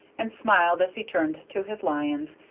and smiled as he turned to his lions,